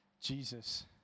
Jesus